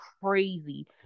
crazy